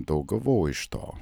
daug gavau iš to